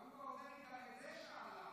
אהובה עוזרי גם את זה שאלה.